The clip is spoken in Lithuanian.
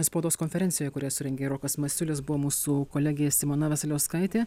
spaudos konferencijoj kurią surengė rokas masiulis buvo mūsų kolegė simona vasiliauskaitė